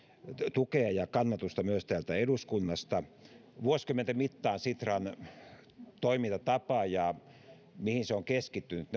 tukea ja kannatusta myös täältä eduskunnasta vuosikymmenten mittaan sitran toimintatapa ja se mihin se on keskittynyt